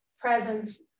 presence